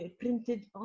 printed